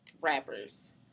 rappers